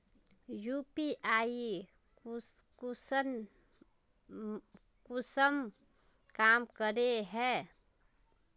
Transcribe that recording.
UPI कुंसम काम करे है?